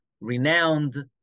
renowned